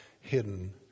hidden